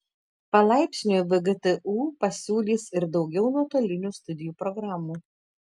palaipsniui vgtu pasiūlys ir daugiau nuotolinių studijų programų